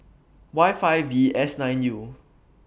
Y five V S nine U